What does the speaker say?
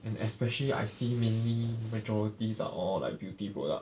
and especially I see mainly majorities are all like beauty product